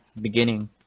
beginning